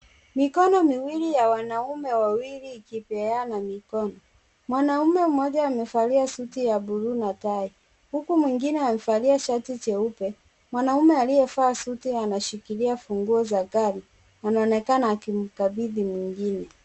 Mikono miwili ya wanaume wawili ikipeana mikono. Mwanaume mmoja amevalia suti ya bluu na tai, huku mwingine amevalia shati jeupe. Mwanaume aliyevaa suti anashikilia funguo za gari, anaonekana akimkabidhi mwingine.